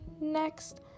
next